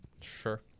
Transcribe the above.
Sure